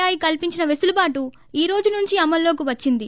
I కల్సించిన పెసులుబాటు ఈ రోజు నుంచి అమల్లోకి వచ్చింది